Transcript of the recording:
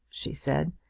she said,